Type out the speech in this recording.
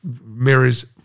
mirrors